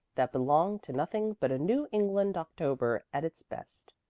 that belong to nothing but a new england october at its best.